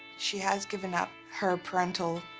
she has given up her parental